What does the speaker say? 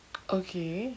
ookay